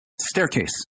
staircase